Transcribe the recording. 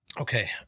okay